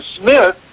Smith